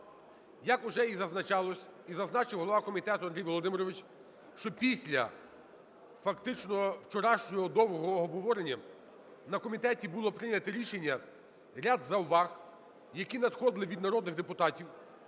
Як уже і зазначалося, і зазначив голова комітету Андрій Володимирович, що після фактичного вчорашнього довгого обговорення на комітеті було прийнято рішення ряд зауваг, які надходили від народних депутатів